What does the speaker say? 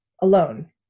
alone